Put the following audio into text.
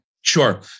Sure